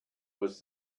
was